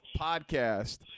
Podcast